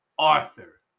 Arthur